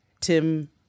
Tim